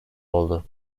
oldu